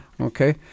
Okay